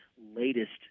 latest